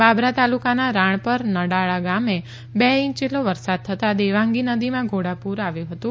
બાબરા તાલુકાના રાણપર નડાળા ગામે બે ઇંચ જેટલો વરસાદ થતા દેવાંગી નદીમાં ઘોટાપુર આવ્યું હતું